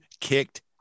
kicked